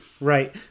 Right